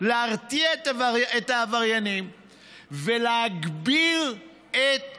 להרתיע את העבריינים ולהגביר את האכיפה.